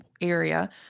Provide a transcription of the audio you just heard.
area